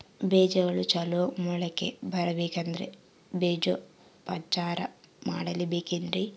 ಬೇಜಗಳು ಚಲೋ ಮೊಳಕೆ ಬರಬೇಕಂದ್ರೆ ಬೇಜೋಪಚಾರ ಮಾಡಲೆಬೇಕೆನ್ರಿ?